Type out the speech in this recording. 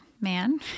man